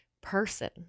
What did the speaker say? person